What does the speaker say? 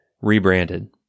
rebranded